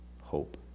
Hope